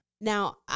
Now